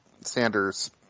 Sanders